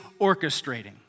orchestrating